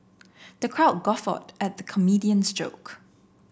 the crowd guffawed at the comedian's joke